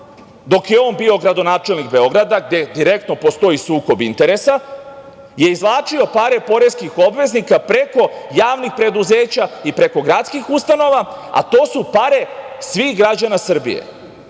dok je on bio gradonačelnik Beograda, gde direktno postoji sukob interesa, je izvlačila pare poreskih obveznika preko javnih preduzeća i preko gradskih ustanova, a to su pare svih građana Srbije.